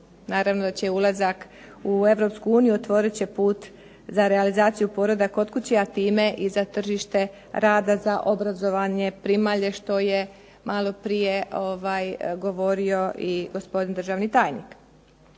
Naravno da će ulazak u Europsku uniju, otvorit će put za realizaciju poroda kod kuće, a time i za tržište rada za obrazovanje primalje, što je maloprije govorio i gosopdin državni tajnik.